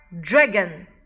Dragon